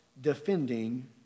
defending